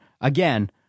again